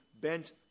bent